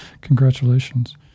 Congratulations